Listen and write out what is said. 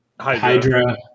Hydra